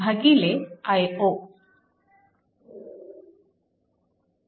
त्यामुळे RThevenin V0 i0